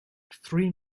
three